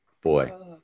Boy